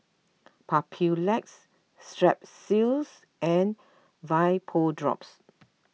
Papulex Strepsils and Vapodrops